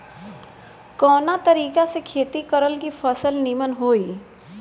कवना तरीका से खेती करल की फसल नीमन होई?